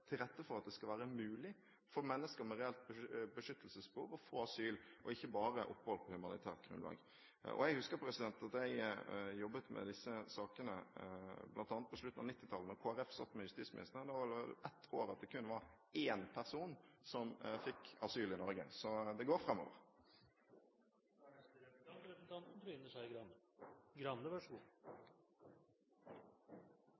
til rette for at det skal være mulig for mennesker med reelt beskyttelsesbehov å få asyl, ikke bare opphold på humanitært grunnlag. Jeg husker at jeg jobbet med disse sakene bl.a. på slutten av 1990-tallet da Kristelig Folkeparti satt med justisministeren. Det var et år det kun var én person som fikk asyl i Norge. Så det går